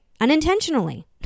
Unintentionally